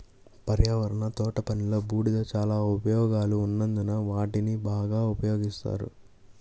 పర్యావరణ తోటపనిలో, బూడిద చాలా ఉపయోగాలు ఉన్నందున వాటిని బాగా ఉపయోగిస్తారు